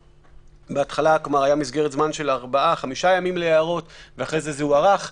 בהתחלה הייתה מסגרת זמן של 5-4 ימים להערות ואחרי זה הזמן הוארך.